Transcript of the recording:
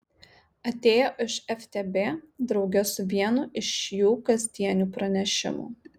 atėjo iš ftb drauge su vienu iš jų kasdienių pranešimų